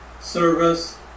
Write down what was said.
service